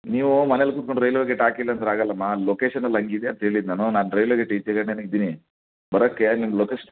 ನೀವು ಮನೆಯಲ್ಲಿ ಕೂತ್ಕೊಂಡು ರೈಲ್ವೆ ಗೇಟ್ ಹಾಕಿಲ್ಲ ಅಂದರೆ ಆಗಲ್ಲಮ್ಮ ಲೊಕೇಷನಲ್ಲಿ ಹಾಗಿದೆ ಅಂತ ಹೇಳಿದ್ದು ನಾನು ರೈಲ್ವೆ ಗೇಟ್ ಈಚೆಗೇನೆ ಇದ್ದೀನಿ ಬರಕ್ಕೆ ನಿಮ್ಮ ಲೊಕೇಷನ್